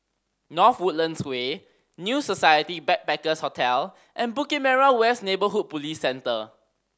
North Woodlands Way New Society Backpackers' Hotel and Bukit Merah West Neighbourhood Police Centre